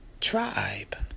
tribe